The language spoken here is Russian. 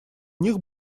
них